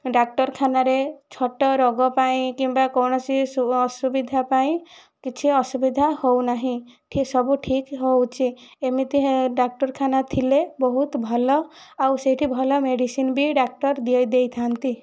ଡାକ୍ଟରଖାନାରେ ଛୋଟ ରୋଗ ପାଇଁ କିମ୍ବା କୌଣସି ସୁ ଅସୁବିଧା ପାଇଁ କିଛି ଅସୁବିଧା ହେଉ ନାହିଁ ଏଇଠି ସବୁ ଠିକ୍ ହେଉଛି ଏମିତି ଡାକ୍ଟରଖାନା ଥିଲେ ବହୁତ ଭଲ ଆଉ ସେଇଠି ଭଲ ମେଡ଼ିସିନ ବି ଡାକ୍ତର ଦେଇ ଦେଇଥାଆନ୍ତି